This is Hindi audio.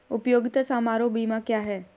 उपयोगिता समारोह बीमा क्या है?